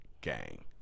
Gang